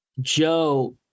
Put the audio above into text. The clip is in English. Joe